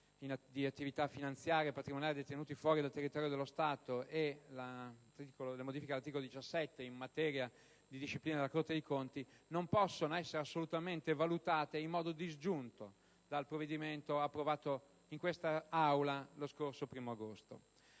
attività finanziarie e patrimoniali detenute fuori dal territorio dello Stato e le modifiche all'articolo 17 in materia di disciplina della Corte dei conti - non può essere assolutamente valutate in modo disgiunto dal provvedimento approvato in quest'Aula lo scorso 1° agosto.